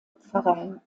pfarreien